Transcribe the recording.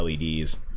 LEDs